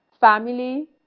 family